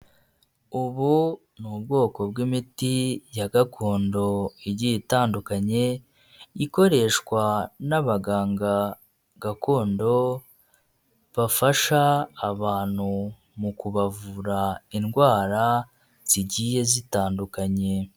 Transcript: Ubu ni ubwoko bw'imiti ya gakondo igiye itandukanye ikoreshwa n'abaganga gakondo bafasha abantu mu kubavura indwara zigiye zitandukanye.